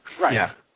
Right